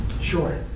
Sure